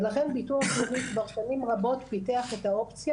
ולכן ביטוח לאומי כבר שנים רבות פיתח את האופציה